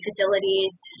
facilities